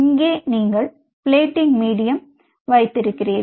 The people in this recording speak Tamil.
இங்கே நீங்கள் பிளேட்டிங் மீடியம் வைத்திருக்கிறீர்கள்